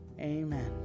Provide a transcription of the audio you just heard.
Amen